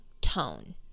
tone